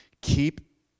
keep